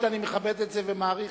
אני מאוד מכבד את זה ומעריך זאת מאוד.